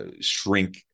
shrink